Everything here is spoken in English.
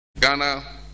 Ghana